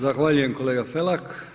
Zahvaljujem kolega Felak.